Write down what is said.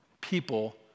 people